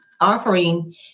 offering